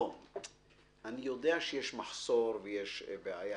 אני יודע שיש מחסור ויש בעיה.